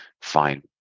fine